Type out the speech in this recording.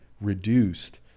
reduced